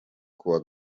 kuwa